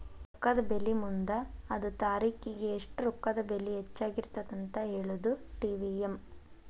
ರೊಕ್ಕದ ಬೆಲಿ ಮುಂದ ಅದ ತಾರಿಖಿಗಿ ಎಷ್ಟ ರೊಕ್ಕದ ಬೆಲಿ ಹೆಚ್ಚಾಗಿರತ್ತಂತ ಹೇಳುದಾ ಟಿ.ವಿ.ಎಂ